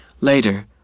Later